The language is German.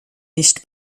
nicht